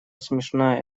смешная